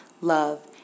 love